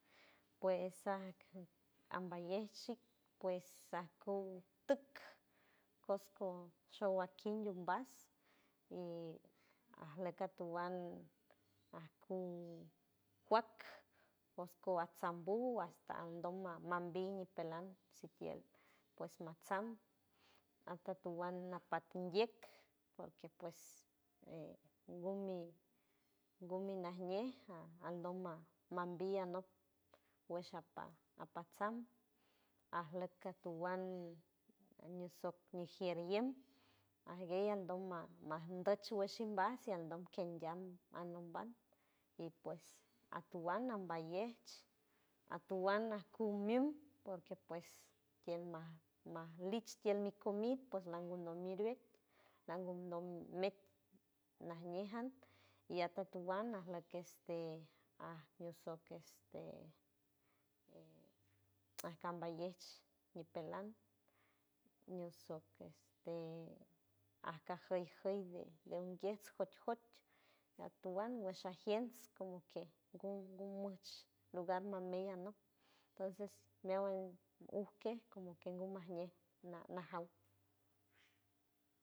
Pues aj amba yechij pues acu tuk cosco showakir umbajs y arlok atowand aku juack josco atsambu hasta aldoma mambí ñipeland sikier pues matsam atotowand napa ninguiet porque pues e gumi gumi najñe ja aldoma mambí anok guesha pa apatsa arlok atowand ñusuk nijieri yey aguey aldonma mandoch tu guashinba si aldom ken diam aldonbaj y pues atowand lambayech atowand acumiuj porque pues tield ma ma lich tield mi comid pues langund no miriet langundo met najñe jam y atotowand alok este aj asok este e acambayech nipeland ñiu soc este aca joy joy de de unguiet jot jot atuwand guasha jiens como que gu gumuch lugar mamey anok tonces meawand guque como que gumajñe na najaw.